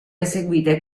eseguite